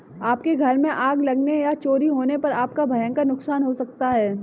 आपके घर में आग लगने या चोरी होने पर आपका भयंकर नुकसान हो सकता है